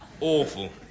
Awful